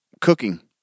Cooking